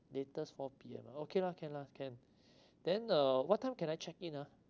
latest four P_M ah okay lah can lah can then uh what time can I check in ah